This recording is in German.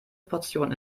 portion